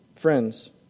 Friends